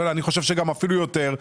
אני חושב שגם אפילו יותר.